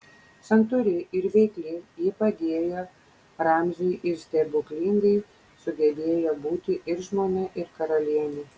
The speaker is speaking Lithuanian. santūri ir veikli ji padėjo ramziui ir stebuklingai sugebėjo būti ir žmona ir karalienė